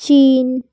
चीन